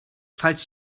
falls